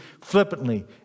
flippantly